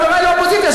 חברי לאופוזיציה,